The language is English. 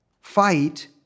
fight